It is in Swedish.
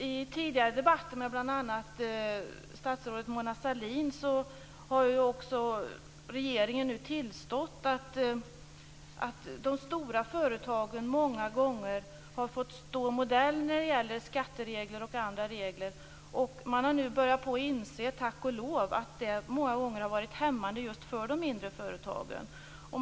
I tidigare debatter med bl.a. statsrådet Sahlin har också regeringen tillstått att de stora företagen många gånger har fått stå modell när det gäller skatteregler och andra regler. Man har nu - tack och lov - börjat inse att detta många gånger har varit hämmande för de mindre företagen.